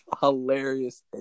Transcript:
hilarious